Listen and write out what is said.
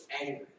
angry